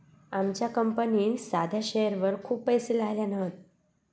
आमच्या कंपनीन साध्या शेअरवर खूप पैशे लायल्यान हत